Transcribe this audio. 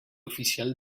oficial